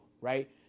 right